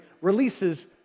releases